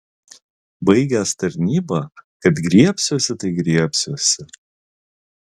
baigęs tarnybą kad griebsiuosi tai griebsiuosi